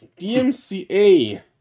DMCA